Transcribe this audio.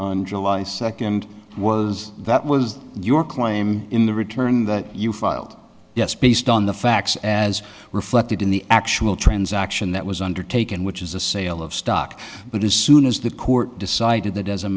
on july second was that was your claim in the return that you filed yes based on the facts as reflected in the actual transaction that was undertaken which the sale of stock but as soon as the court decided that as a